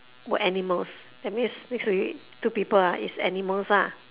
were animals that means which would you two people ah is animals lah